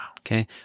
okay